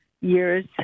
years